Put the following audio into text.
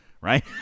right